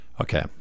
Okay